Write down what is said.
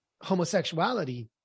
homosexuality